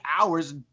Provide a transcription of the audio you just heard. hours